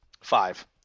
Five